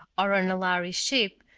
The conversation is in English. or on a lhari ship,